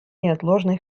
неотложный